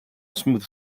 smooth